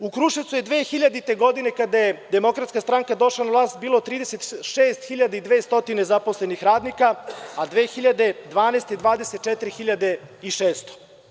U Kruševcu je 2000. godine, kada je Demokratska stranka došla na vlast, bilo 36.200 zaposlenih radnika, a 2012. godine 24.600.